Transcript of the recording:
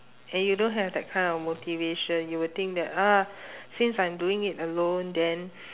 and you don't have that kind of motivation you will think that ah since I'm doing it alone then